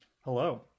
Hello